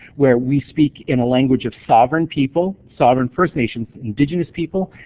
where we speak in a language of sovereign people, sovereign first nations, indigenous people,